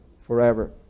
forever